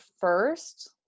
first